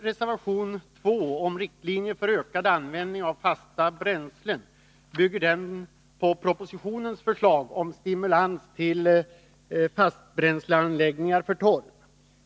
Reservation 2 om riktlinjer för ökad användning av fasta bränslen bygger på propositionens förslag om stimulans till fastbränsleanläggningar för torv.